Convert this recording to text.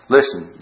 Listen